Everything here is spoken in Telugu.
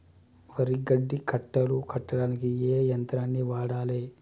వరి గడ్డి కట్టలు కట్టడానికి ఏ యంత్రాన్ని వాడాలే?